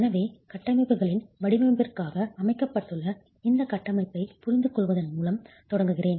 எனவே கட்டமைப்புகளின் வடிவமைப்பிற்காக அமைக்கப்பட்டுள்ள இந்த கட்டமைப்பைப் புரிந்துகொள்வதன் மூலம் தொடங்குகிறேன்